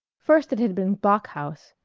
first it had been block-house.